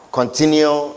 continue